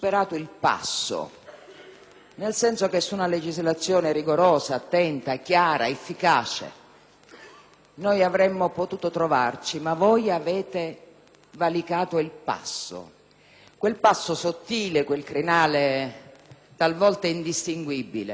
avremmo potuto trovarci, ma voi avete valicato il passo; quel passo sottile, quel crinale talvolta indistinguibile che distingue il rigore della legge dalla persecuzione. Credo che sia questo il punto.